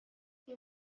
mae